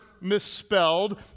misspelled